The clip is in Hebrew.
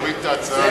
תוריד את ההצעה,